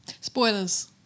Spoilers